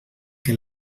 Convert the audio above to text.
que